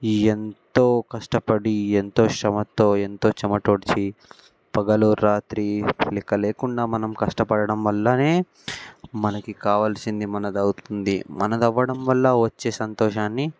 ఎంతో కష్టపడి ఎంతో శ్రమతో ఎంతో చెమటోడ్చి పగలు రాత్రి లెక్క లేకుండా మనం కష్టపడటం వల్లనే మనకు కావలసింది మనది అవుతుంది మనది అవ్వడం వల్ల వచ్చే సంతోషాన్ని